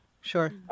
Sure